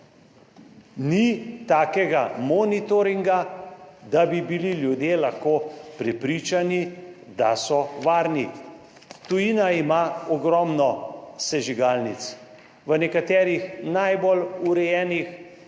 Ni takega monitoringa, da bi lahko bili ljudje prepričani, da so varni. Tujina ima ogromno sežigalnic. V nekaterih najbolj urejenih je